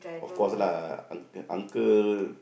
of course lah unc~ uncle